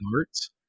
Arts